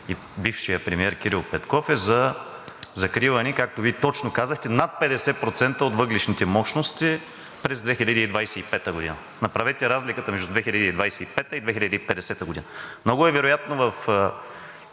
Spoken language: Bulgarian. и бившият премиер Кирил Петков, е за закриване, както Вие точно казахте, над 50% от въглищните мощности през 2025 г. Направете разликата между 2025-а и 2050 г. Много е вероятно в